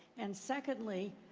and secondly,